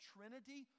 Trinity